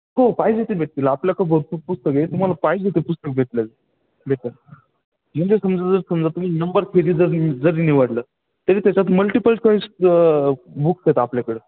हो पाहिजे ते भेटतील आपल्याकडे भरपूर पुस्तकं आहे तुम्हाला पाहिजे ते पुस्तक भेटलेलं भेटेल म्हणजे समजा जर समजा तुम्ही नंबर थेरी जर जरी निवडलं तरी त्याच्यात मल्टिपल चॉईस बुक्स आहेत आपल्याकडं